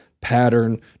pattern